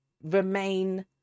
remain